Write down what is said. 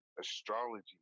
astrology